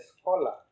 scholar